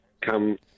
come